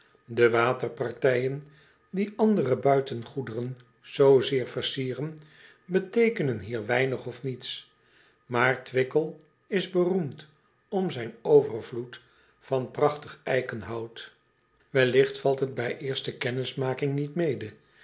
e waterpartijen die andere buitengoederen zoo zeer versieren beteekenen hier weinig of niets aar wickel is beroemd om zijn overvloed van prachtig eikenhout elligt valt het bij eerste kennismaking niet mede